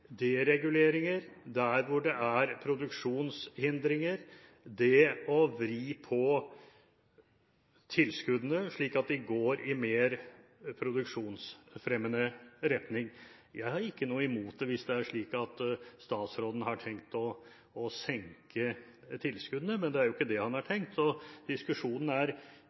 dereguleringer der hvor det er produksjonshindringer – det å vri på tilskuddene, slik at de går i mer produksjonsfremmende retning. Jeg er ikke noe imot det hvis det er slik at statsråden har tenkt å senke tilskuddene, men det er jo ikke det han har tenkt. Diskusjonen